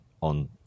on